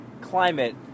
climate